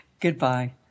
Goodbye